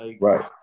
Right